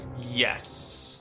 Yes